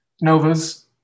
Nova's